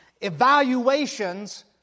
evaluations